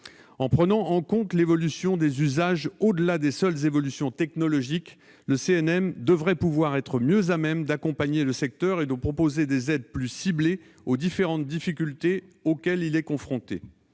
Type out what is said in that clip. En prenant en compte l'évolution des usages au-delà des seules mutations technologiques, le CNM devrait être mieux à même d'accompagner le secteur et de proposer des aides plus ciblées pour remédier aux différentes difficultés auxquelles celui-ci est confronté.